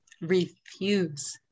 refuse